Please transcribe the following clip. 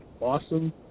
awesome